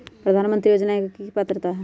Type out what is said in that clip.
प्रधानमंत्री योजना के की की पात्रता है?